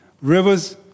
Rivers